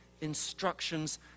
instructions